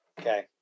Okay